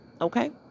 Okay